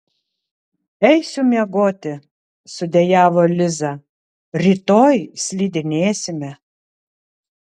eisiu miegoti sudejavo liza rytoj slidinėsime